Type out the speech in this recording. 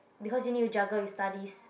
because you need to juggle with studies